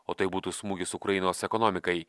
o tai būtų smūgis ukrainos ekonomikai